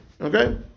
Okay